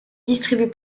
distribue